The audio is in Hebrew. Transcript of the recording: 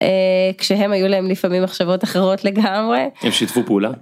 כשהם היו להם לפעמים מחשבות אחרות לגמרי. הם שיתפו פעולה.